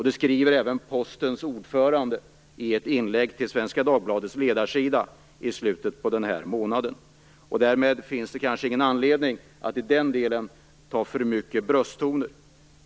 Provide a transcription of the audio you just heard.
Det skriver även Postens ordförande i ett inlägg till Svenska Dagbladets ledarsida i slutet på denna månad. Därmed finns det kanske ingen anledning att i den delen ta till för stora brösttoner.